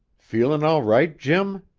feelin' all right, jim?